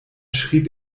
schrieb